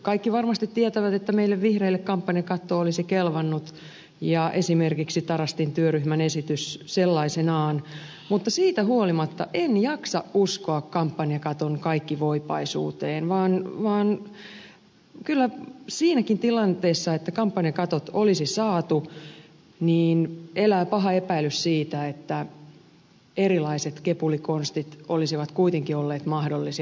kaikki varmasti tietävät että meille vihreille kampanjakatto olisi kelvannut ja esimerkiksi tarastin työryhmän esitys sellaisenaan mutta siitä huolimatta en jaksa uskoa kampanjakaton kaikkivoipaisuuteen vaan kyllä siinäkin tilanteessa että kampanjakatot olisi saatu elää paha epäilys siitä että erilaiset kepulikonstit olisivat kuitenkin olleet mahdollisia